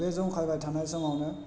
बे जंखायबाय थानाय समावनो